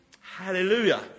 Hallelujah